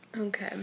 Okay